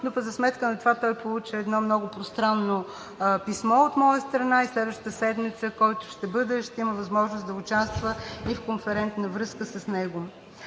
пък за сметка на това той получи едно много пространно писмо от моя страна и следващата седмица, който ще бъде, ще има възможност да участва и в конферентна връзка с него.